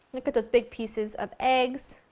look at those big pieces of eggs.